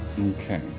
Okay